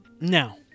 Now